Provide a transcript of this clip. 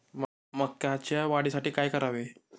मकाच्या वाढीसाठी काय करावे?